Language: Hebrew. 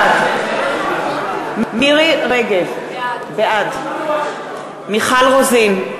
בעד מירי רגב, בעד מיכל רוזין,